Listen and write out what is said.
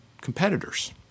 competitors